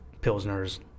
pilsners